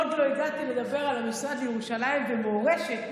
ועוד לא הגעתי לדבר על המשרד לירושלים ומורשת,